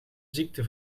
ziekte